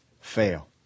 fail